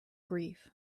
grief